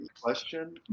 question